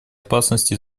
опасности